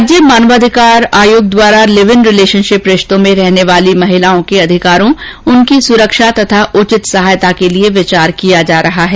राज्य मानव अधिकार आयोग द्वारा लिव इन रिलेशनशिप रिश्तों में रहने वाली महिलाओं के अधिकारों उनकी सुरक्षा तथा उचित सहायता के लिए विचार किया जा रहा है